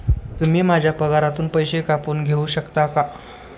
तुम्ही माझ्या पगारातून पैसे कापून घेऊ शकता का?